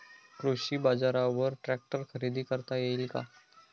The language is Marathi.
कृषी बाजारवर ट्रॅक्टर खरेदी करता येईल का?